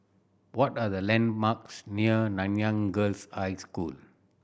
what are the landmarks near Nanyang Girls' High School